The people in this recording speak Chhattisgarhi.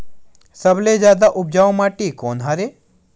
सबले जादा उपजाऊ माटी कोन हरे?